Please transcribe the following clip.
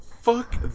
Fuck